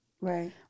Right